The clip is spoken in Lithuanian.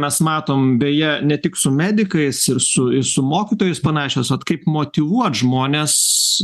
mes matom beje ne tik su medikais ir su su mokytojais panašios ot kaip motyvuot žmones